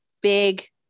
big